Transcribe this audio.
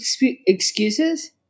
excuses